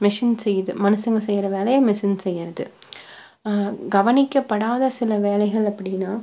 machine செய்யுது மனுஷங்கள் செய்கிற வேலையை மெஷின் செய்கிறது கவனிக்கப்படாத சில வேலைகள் அப்படின்னா